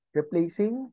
replacing